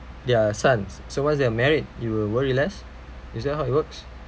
they're sons so once they're married you will worry less is that how it works